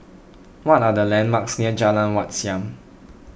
what are the landmarks near Jalan Wat Siam